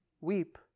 weep